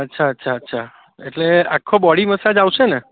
અચ્છા અચ્છા અચ્છા એટલે આખો બોડી મસાજ આવશેને